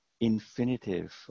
infinitive